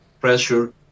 pressure